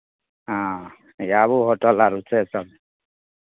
हँ आबू होटल आर छै सभ